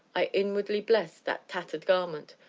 i inwardly blessed that tattered garment,